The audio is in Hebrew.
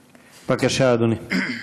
בבקשה, אדוני.